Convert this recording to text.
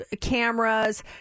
cameras